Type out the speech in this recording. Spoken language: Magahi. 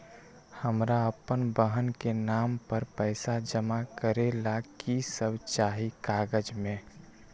हमरा अपन बहन के नाम पर पैसा जमा करे ला कि सब चाहि कागज मे?